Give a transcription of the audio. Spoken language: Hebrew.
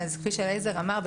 כפי שאליעזר אמר,